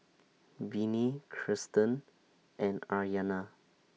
Vinie Kirsten and Aryana